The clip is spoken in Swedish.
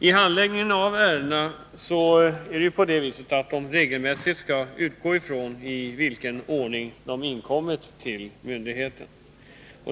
I handläggningen av ärendena skall man regelmässigt utgå ifrån i vilken ordning de inkommit till myndigheten.